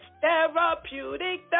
Therapeutic